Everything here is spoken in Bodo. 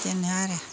बिदिनो आरो